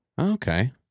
Okay